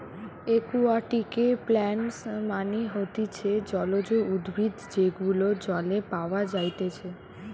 একুয়াটিকে প্লান্টস মানে হতিছে জলজ উদ্ভিদ যেগুলো জলে পাওয়া যাইতেছে